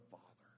Father